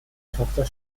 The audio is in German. tochter